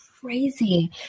crazy